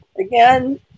again